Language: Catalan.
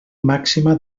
màxima